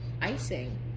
Icing